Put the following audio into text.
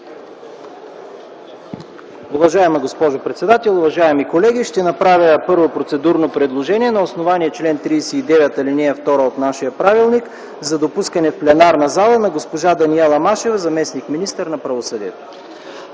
Уважаема госпожо председател, уважаеми колеги, ще направя процедурно предложение на основание чл. 39, ал. 2 от нашия правилник за допускане в пленарната зала на госпожа Даниела Машева – заместник-министър на правосъдието.